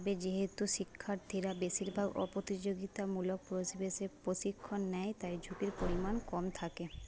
তবে যেহেতু শিক্ষার্থীরা বেশিরভাগ অপ্রতিযোগিতামূলক পরিবেশে প্রশিক্ষণ নেয় তাই ঝুঁকির পরিমাণ কম থাকে